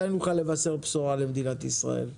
מתי נוכל לבשר בשורה למדינת ישראל?